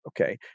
okay